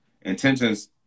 Intentions